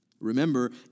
Remember